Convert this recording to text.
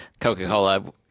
Coca-Cola